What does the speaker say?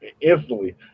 instantly